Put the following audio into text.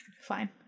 Fine